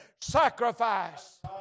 sacrifice